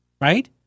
right